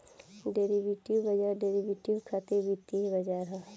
derivative बाजार derivative खातिर वित्तीय बाजार ह